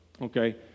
Okay